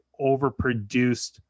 overproduced